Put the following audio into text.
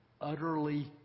utterly